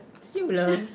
[siol] lah